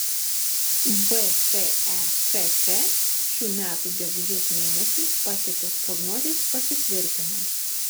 vkekk šių metų gegužės mėnesį pateiktos prognozės pasitvirtina